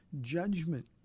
Judgment